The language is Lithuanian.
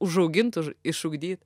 užaugint išugdyt